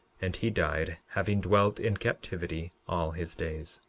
and he died, having dwelt in captivity all his days.